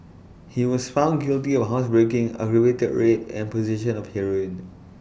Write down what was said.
he was found guilty of housebreaking aggravated rape and possession of heroin